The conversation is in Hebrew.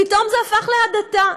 פתאום זה הפך להדתה.